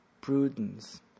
prudence